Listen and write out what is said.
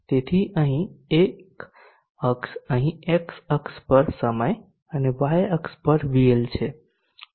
તેથી અહીં એક અક્ષ અહીં x અક્ષ પર સમય અને y અક્ષ પર VL છે